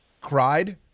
Cried